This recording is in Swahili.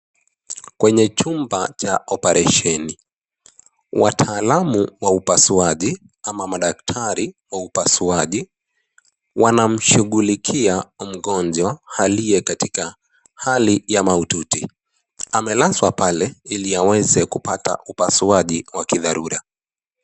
Kwenye chumba cha oparesheni, wataalamu wa upasuaji ama madaktari wa upasuaji, wanamshugulikia mgonjwa aliyekatika hali ya maututi, amelazwa pale hili awezekupata upasuaji wa kidharura.